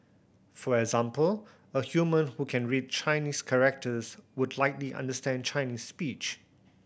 for example a human who can read Chinese characters would likely understand Chinese speech